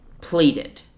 pleaded